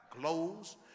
clothes